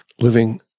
Living